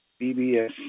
BBS